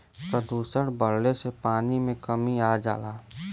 प्रदुषण बढ़ले से पानी में कमी आ जाला